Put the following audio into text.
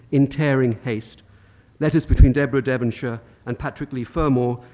in tearing haste letters between deborah devonshire and patrick leigh fermor,